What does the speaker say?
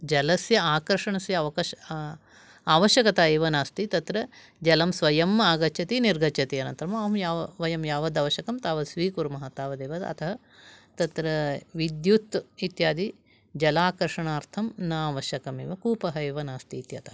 जलस्य आकर्षणस्य अवकाश आवश्यकता एव नास्ति तत्र जलं स्वयम् आगच्छति निर्गच्छति अतः वयं यावत् आवश्यकं तावत् स्वीकुर्मः तावदेव अतः तत्र विद्युत् इत्यादि जलाकर्षणार्थं नावश्यकमेव कूपः एव नास्ति इत्यतः